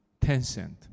Tencent